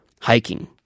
hiking